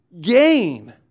gain